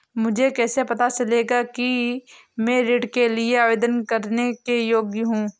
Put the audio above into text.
मुझे कैसे पता चलेगा कि मैं ऋण के लिए आवेदन करने के योग्य हूँ?